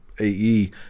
AE